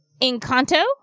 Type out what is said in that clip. Encanto